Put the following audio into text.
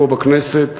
פה בכנסת,